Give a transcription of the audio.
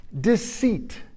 Deceit